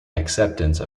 acceptance